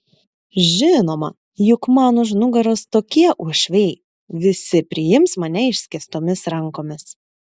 žinoma juk man už nugaros tokie uošviai visi priims mane išskėstomis rankomis